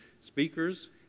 speakers